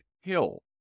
Hill